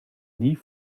nie